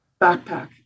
backpack